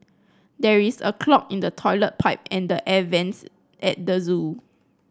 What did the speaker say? there is a clog in the toilet pipe and the air vents at the zoo